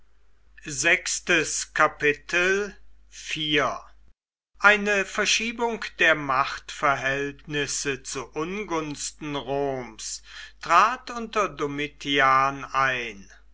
unter domitian eine verschiebung der machtverhältnisse zu ungunsten roms trat unter domitian ein